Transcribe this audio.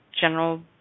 general